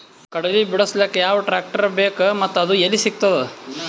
ಕಡಲಿ ಬಿಡಿಸಲಕ ಯಾವ ಟ್ರಾಕ್ಟರ್ ಬೇಕ ಮತ್ತ ಅದು ಯಲ್ಲಿ ಸಿಗತದ?